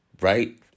right